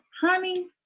Honey